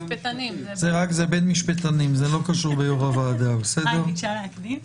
זה איזשהו תנאי מקדים.